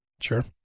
Sure